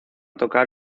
tocar